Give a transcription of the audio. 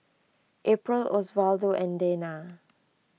April Osvaldo and Dana